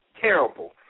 terrible